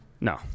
no